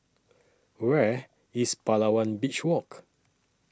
Where IS Palawan Beach Walk